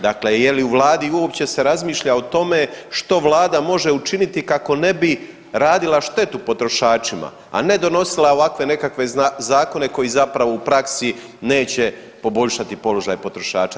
Dakle je li u Vladi uopće se razmišlja o tome što Vlada može učiniti kako ne bi radila štetu potrošačima, a ne donosila ovakve nekakve zakone koji zapravo u praksi neće poboljšati položaj potrošača.